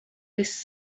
this